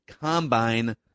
combine